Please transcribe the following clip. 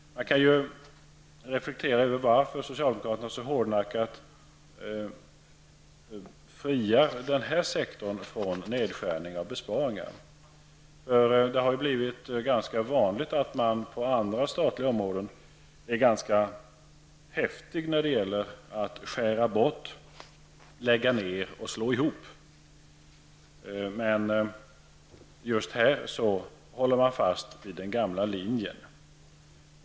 Man kan reflektera över varför socialdemokraterna så hårdnackat fritar denna sektor från nedskärningar i besparingar. Det har blivit ganska vanligt att man på andra statliga områden går ganska häftigt fram när det gäller att skära bort, lägga ned och slå ihop. Just på detta område håller man fast vid den gamla linjen.